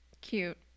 cute